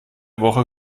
woche